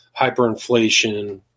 hyperinflation